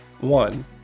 One